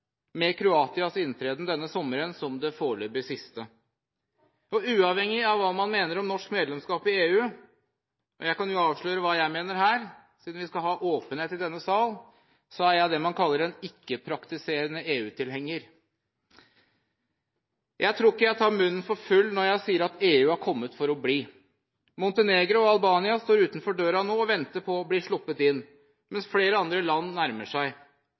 med Kroatias inntreden denne sommeren som det foreløpig siste. Og uavhengig av hva man mener om norsk medlemskap i EU – jeg kan jo avsløre hva jeg mener her, siden vi skal ha åpenhet i denne sal, at jeg er det man kaller en ikke-praktiserende EU-tilhenger – tror jeg ikke jeg tar munnen for full når jeg sier at EU har kommet for å bli. Montenegro og Albania står utenfor døra nå og venter på å bli sluppet inn, mens flere andre land nærmer seg.